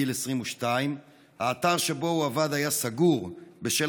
בגיל 22. האתר שבו הוא עבד היה סגור בשל